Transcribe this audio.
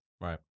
Right